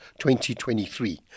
2023